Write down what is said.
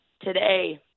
today